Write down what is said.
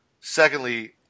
Secondly